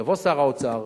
יבוא שר האוצר,